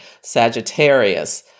Sagittarius